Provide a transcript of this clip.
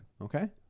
Okay